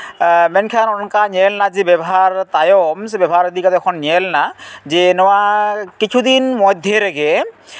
ᱢᱮᱱᱠᱷᱟᱱ ᱚᱱᱠᱟ ᱧᱮᱞ ᱮᱱᱟ ᱡᱮ ᱵᱮᱵᱷᱟᱨ ᱛᱟᱭᱚᱢ ᱥᱮ ᱵᱮᱵᱚᱦᱟᱨ ᱤᱫᱤ ᱠᱟᱛᱮ ᱡᱚᱠᱷᱚᱱ ᱧᱮᱞᱱᱟ ᱱᱚᱣᱟ ᱠᱤᱪᱷᱩ ᱫᱤᱱ ᱢᱚᱫᱽᱫᱷᱮ ᱨᱮᱜᱮ